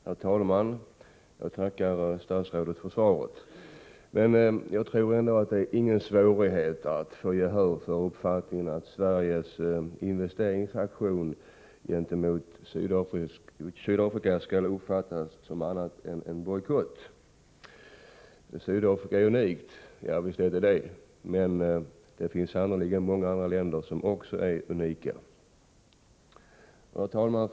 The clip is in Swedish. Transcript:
Herr talman! Jag tackar statsrådet för svaret. Jag tror ändå inte att det är någon svårighet att få gehör för uppfattningen att Sveriges investeringsaktion gentemot Sydafrika inte skall uppfattas som något annat än en bojkott. Sydafrika är unikt, säger statsrådet. Ja, visst är det det, men det finns sannerligen många andra länder som också är unika! Herr talman!